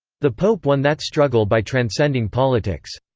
the pope won that struggle by transcending politics.